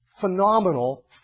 phenomenal